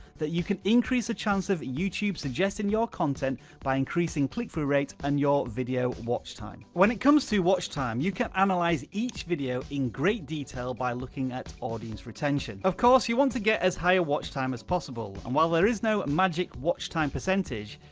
that you can increase the chance of youtube suggesting your content by increasing click through rates, and your video watch time. when it comes to watch time, you can analyze each video in great detail by looking at audience retention. of course you want to get as high a watch time as possible, and while there is no magic watch time percentage,